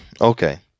Okay